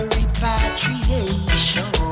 repatriation